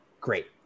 great